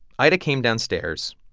ida came downstairs,